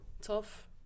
Tough